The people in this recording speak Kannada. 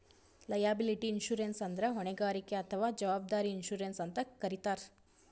ಲಯಾಬಿಲಿಟಿ ಇನ್ಶೂರೆನ್ಸ್ ಅಂದ್ರ ಹೊಣೆಗಾರಿಕೆ ಅಥವಾ ಜವಾಬ್ದಾರಿ ಇನ್ಶೂರೆನ್ಸ್ ಅಂತ್ ಕರಿತಾರ್